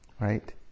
right